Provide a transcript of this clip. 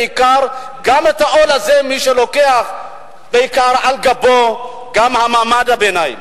את העול הזה מי שלוקח בעיקר על גבו זה גם מעמד הביניים.